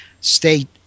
State